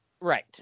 Right